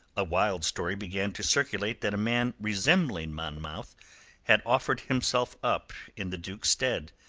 a wild story began to circulate that a man resembling monmouth had offered himself up in the duke's stead,